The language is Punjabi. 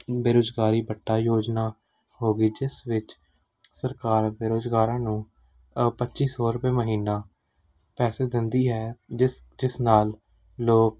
ਬੇਰੁਜ਼ਗਾਰੀ ਭੱਤਾ ਯੋਜਨਾ ਹੋ ਗਈ ਜਿਸ ਵਿੱਚ ਸਰਕਾਰ ਬੇਰੁਜ਼ਗਾਰਾਂ ਨੂੰ ਪੱਚੀ ਸੌ ਰੁਪਏ ਮਹੀਨਾ ਪੈਸੈ ਦਿੰਦੀ ਹੈ ਜਿਸ ਜਿਸ ਨਾਲ ਲੋਕ